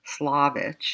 Slavich